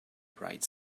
bright